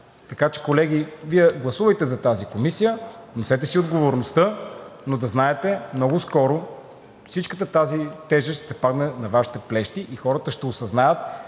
Така че, колеги, Вие гласувайте за тази комисия, носете си отговорността, но да знаете – много скоро всичката тази тежест ще падне на Вашите плещи, хората ще осъзнаят,